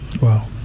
Wow